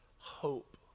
hope